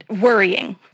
worrying